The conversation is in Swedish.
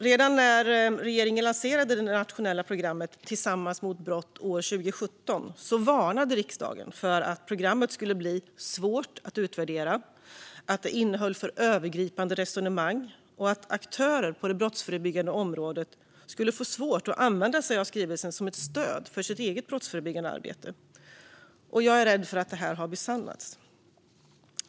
Redan när regeringen lanserade det nationella programmet Tillsammans mot brott år 2017 varnade riksdagen för att programmet skulle bli svårt att utvärdera, att det innehöll för övergripande resonemang och att aktörer på det brottsförebyggande området skulle få svårt att använda sig av skrivelsen som ett stöd för sitt eget brottsförebyggande arbete. Jag är rädd för att detta har besannats.